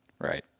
right